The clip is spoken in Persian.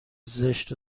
زشت